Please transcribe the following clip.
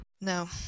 No